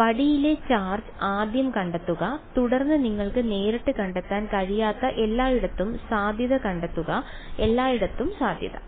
വടിയിലെ charge ആദ്യം കണ്ടെത്തുക തുടർന്ന് നിങ്ങൾക്ക് നേരിട്ട് കണ്ടെത്താൻ കഴിയാത്ത എല്ലായിടത്തും സാധ്യത കണ്ടെത്തുക എല്ലായിടത്തും സാധ്യത